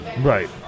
Right